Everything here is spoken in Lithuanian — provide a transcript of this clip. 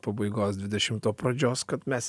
pabaigos dvidešimto pradžios kad mes